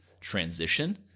transition